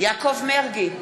יעקב מרגי,